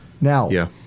Now